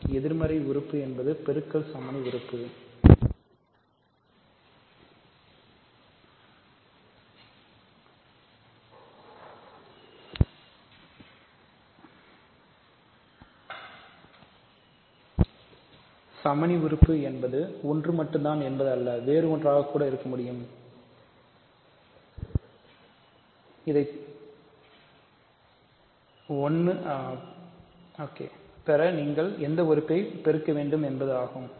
பெருக்கல் எதிர்மறை என்பது பெருக்கல் சமணி உறுப்பை பெற நீங்கள் எந்த உறுப்பை பெருக்க வரும் என்பது ஆகும்